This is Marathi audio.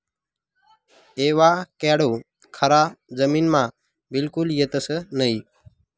एवाकॅडो खारा जमीनमा बिलकुल येतंस नयी